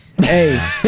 Hey